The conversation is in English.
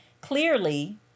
Clearly